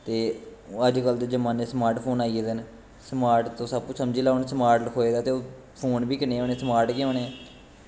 ते अज कल दे जमाने च स्मार्ट फोन आई गेदे न स्मार्ट तुस आपैं समझी लैओ कि स्मार्ट लखोए दा ते फोन बी कनेह् होने स्मार्ट गै होने